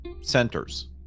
centers